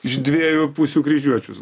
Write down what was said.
iš dviejų pusių kryžiuočius